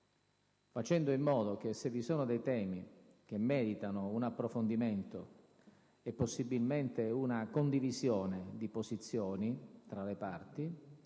facendo in modo che, se vi sono dei temi che meritano un approfondimento e possibilmente una condivisione di posizioni tra le parti,